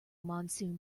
monsoon